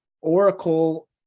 Oracle